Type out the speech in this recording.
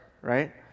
right